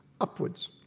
upwards